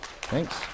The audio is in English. Thanks